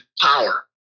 power